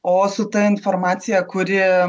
o su ta informacija kuri